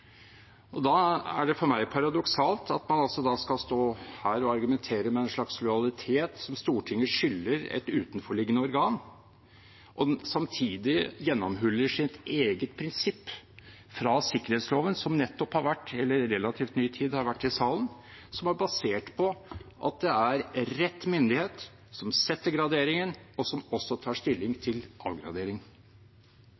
Da er det for meg paradoksalt at man skal stå her og argumentere med en slags lojalitet som Stortinget skylder et utenforliggende organ, og samtidig gjennomhulle sitt eget prinsipp fra sikkerhetsloven, som i relativt ny tid har vært i salen, og som er basert på at det er rett myndighet som setter graderingen, og som også tar stilling